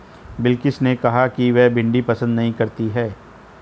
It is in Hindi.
बिलकिश ने कहा कि वह भिंडी पसंद नही करती है